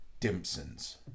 Dimpsons